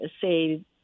say